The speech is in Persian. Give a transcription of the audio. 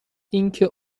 اینکه